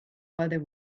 whether